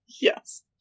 Yes